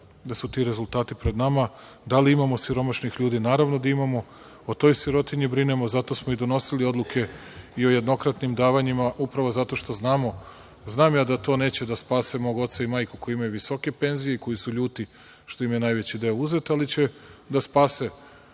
da su ti rezultati pred nama. Da li imamo siromašnih ljudi? Naravno da imamo, o toj sirotinji brinemo, zato smo donosili odluke o jednokratnim davanjima, upravo zato što znamo. Znam ja da to neće da spase mog oca i majku koji imaju visoke penzije i koji su ljuti što im je najveći deo uzet, ali će da spase